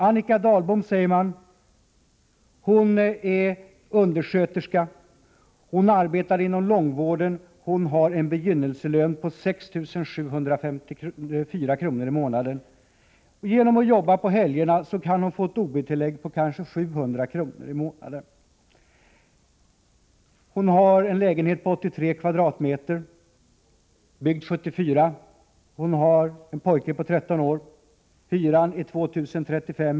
Annika Dahlbom är undersköterska, arbetar inom långvården och har en begynnelselön på 6 754 kr. i månaden. Genom att jobba på helgerna kan hon få ett ob-tillägg på ca 700 kr. i månaden. Hon har en lägenhet på 83 kvadratmeter som är byggd 1974. Hon har en pojke på 13 år. Hyran är på 2 035 kr.